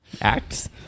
Acts